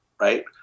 Right